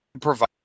Provide